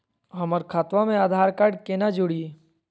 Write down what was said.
हमर खतवा मे आधार कार्ड केना जुड़ी?